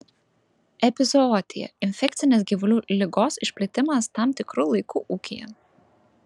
epizootija infekcinės gyvulių ligos išplitimas tam tikru laiku ūkyje